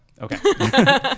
Okay